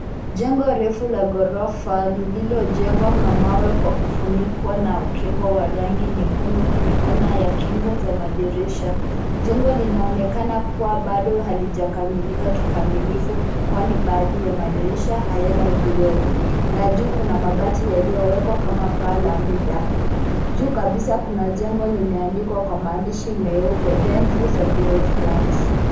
Jengo refu la ghorofa lililojengwa na mawe kwa kufunikwa na ukingo wa rangi nyekundu kwenye kona ya kingo za madirisha. Jengo linaonekana kuwa bado halijakamilika kikamilifu kwani baadhi ya madirisha hayana vioo na juu kuna mabati yaliyowekwa kama paa la muda. Juu kabisa kuna jengo limeandikwa kwa maandishi meupe Bien Venue Zaburi Flats.